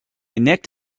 nicked